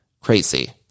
crazy